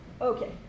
Okay